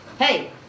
Hey